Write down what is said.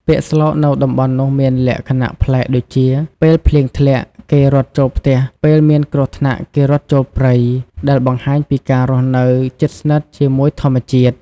ពាក្យស្លោកនៅតំបន់នោះមានលក្ខណៈប្លែកដូចជា "ពេលភ្លៀងធ្លាក់ គេរត់ចូលផ្ទះ ពេលមានគ្រោះថ្នាក់ គេរត់ចូលព្រៃ" ដែលបង្ហាញពីការរស់នៅជិតស្និទ្ធជាមួយធម្មជាតិ។